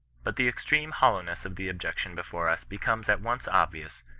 but the extreme houowness of the objection before us becomes at once obvious,